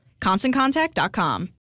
ConstantContact.com